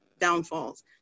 downfalls